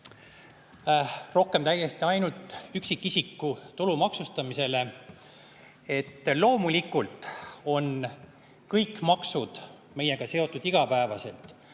keskendun siin ainult üksikisiku tulu maksustamisele. Loomulikult on kõik maksud meiega seotud igapäevaselt.